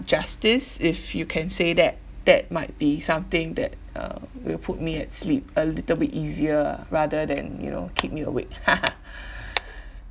justice if you can say that that might be something that uh will put me at sleep a little bit easier rather than you know keep me awake